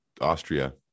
Austria